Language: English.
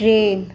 train